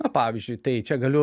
na pavyzdžiui tai čia galiu